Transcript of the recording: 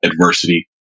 adversity